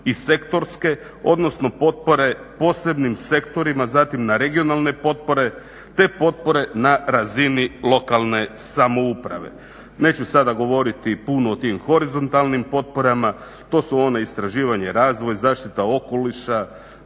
i sektorske, odnosno potpore posebnim sektorima, zatim na regionalne potpore na razini lokalne samouprave. Neću sada govoriti puno o tim horizontalnim potporama. To su one istraživanje, razvoj, zaštita okoliša,